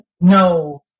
No